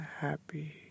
happy